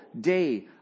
day